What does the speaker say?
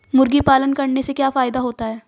मुर्गी पालन करने से क्या फायदा होता है?